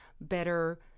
better